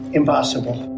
impossible